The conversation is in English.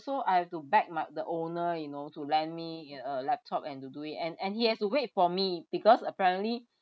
I have to beg my the owner you know to lend me a laptop and to do it and and he has to wait for me because apparently